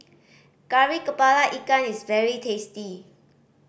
Kari Kepala Ikan is very tasty